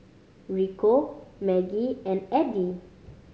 Rico Maggie and Addie